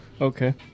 Okay